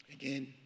Again